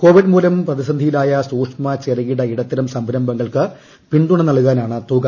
Covid മൂലം പ്രതിസന്ധിയിലായ സൂക്ഷ്മ ചെറുകിട ഇടത്തരം സംരംഭങ്ങൾക്ക് പിന്തുണ നൽകാനാണ് തുക